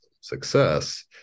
success